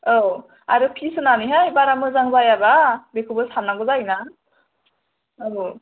औ आरो फिस होनानैहाय बारा मोजां जायाबा बेखौबो साननांगौ जायो ना औ